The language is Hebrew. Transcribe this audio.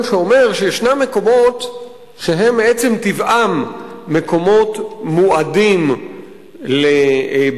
שאומר שישנם מקומות שהם מעצם טבעם מקומות מועדים לבעיות,